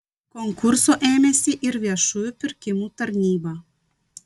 konkurso ėmėsi ir viešųjų pirkimų tarnyba